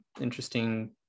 interesting